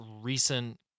recent